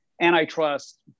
antitrust